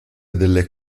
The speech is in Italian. delle